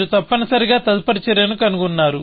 మీరు తప్పనిసరిగా తదుపరి చర్యను కనుగొన్నారు